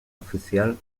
oficial